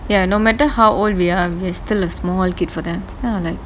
ya no matter how old we are we are still a small kid for them then I'm like